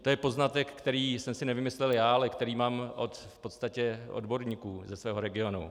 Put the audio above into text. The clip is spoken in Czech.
To je poznatek, který jsem si nevymyslel já, ale který mám v podstatě od odborníků ze svého regionu.